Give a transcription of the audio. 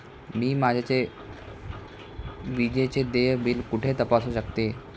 मी माझे विजेचे देय बिल कुठे तपासू शकते?